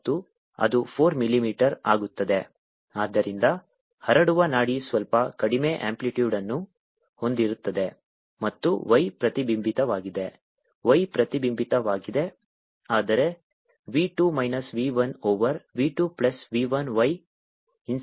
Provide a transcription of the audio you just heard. yt 2v2v1v2yIncident2025×5 mm4 mm ಆದ್ದರಿಂದ ಹರಡುವ ನಾಡಿ ಸ್ವಲ್ಪ ಕಡಿಮೆ ಅಂಪ್ಲಿಟ್ಯೂಡ್ಅನ್ನು ಹೊಂದಿರುತ್ತದೆ ಮತ್ತು y ಪ್ರತಿಬಿಂಬಿತವಾಗಿದೆ y ಪ್ರತಿಬಿಂಬಿತವಾಗಿದೆ ಆದರೆ v 2 minus v 1 over v 2 plus v 1 y incident